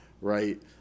right